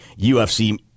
UFC